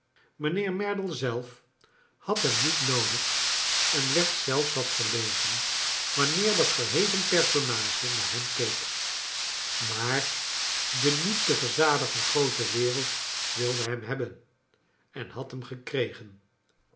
mijnheer merdle zelf had hem niet noodig en werd zelfs wat verlegen wanneer dat verheven personage naar hem keek maar de niet te verzadigen groote wereld wilde hem hebben en had hem gekregen